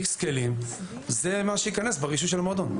למועדון יש X כלים - זה מה שייכנס ברישוי של המועדון.